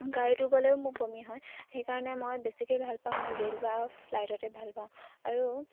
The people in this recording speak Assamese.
গাড়ীটো গ'লেও মোৰ বমি হয় সেইকাৰণে মই বেছিকৈ ভাল পাওঁ মই ৰেল বা ফ্লাইটতে ভাল পাওঁ আৰু